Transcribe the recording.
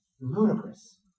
ludicrous